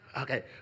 okay